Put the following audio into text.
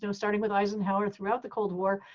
so starting with eisenhower throughout the cold war.